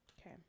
Okay